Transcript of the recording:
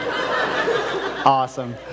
Awesome